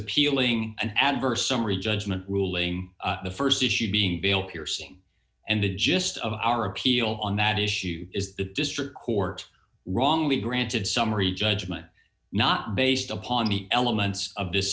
appealing an adverse summary judgment ruling the st issue being bail piercing and the gist of our appeal on that issue is the district court wrongly granted summary judgment not based upon the elements of th